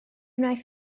wnaeth